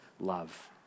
love